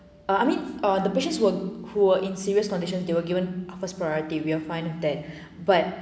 ah I mean uh the patients were who were in serious condition they were given first priority we are fine with that but